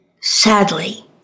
sadly